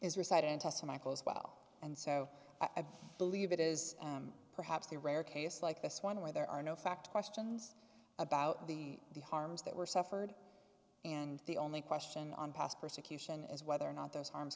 michael as well and so i've believe it is perhaps the rare case like this one where there are no fact questions about the the harms that were suffered and the only question on past persecution is whether or not those arms